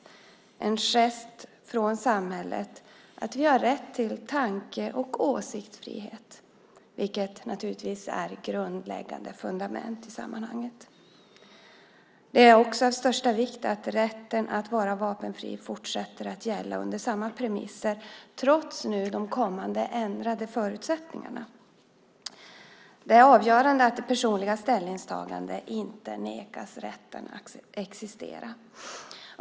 Detta är en gest från samhället att vi har rätt till tanke och åsiktsfrihet, vilket naturligtvis är grundläggande fundament i sammanhanget. Det är också av största vikt att rätten att vara vapenfri fortsätter att gälla under samma premisser trots de kommande ändrade förutsättningarna. Det är avgörande att det personliga ställningstagandet inte nekas rätten att existera.